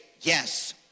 yes